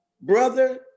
Brother